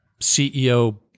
CEO